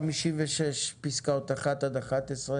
הצבעה בעד